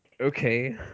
Okay